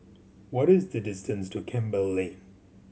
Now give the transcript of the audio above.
what is the distance to Campbell Lane